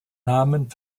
namen